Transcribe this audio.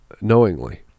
knowingly